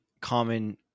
common